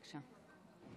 בבקשה.